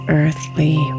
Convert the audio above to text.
earthly